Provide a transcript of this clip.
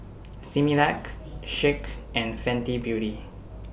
Similac Schick and Fenty Beauty